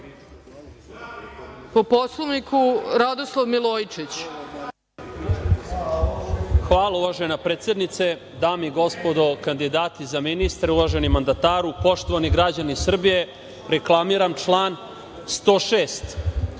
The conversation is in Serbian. Milojičić. **Radoslav Milojičić** Hvala uvažena predsednice. Dame i gospodo, kandidati za ministre, uvaženi mandataru, poštovani građani Srbije, reklamiram član 106.